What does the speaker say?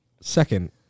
Second